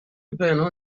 پنهون